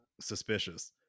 suspicious